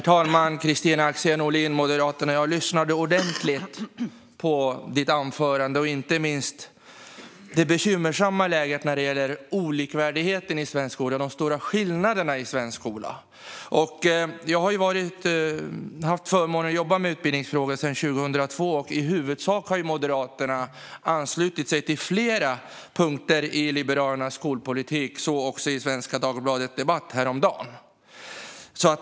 Herr talman! Jag lyssnade ordentligt på ditt anförande, Kristina Axén Olin från Moderaterna, inte minst när det gäller det bekymmersamma läget för olikvärdigheten och de stora skillnaderna i svensk skola. Jag har haft förmånen att jobba med utbildningsfrågor sedan 2002, och Moderaterna har i huvudsak anslutit sig till flera punkter i Liberalernas skolpolitik. Så också på SvD Debatt häromdagen.